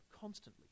constantly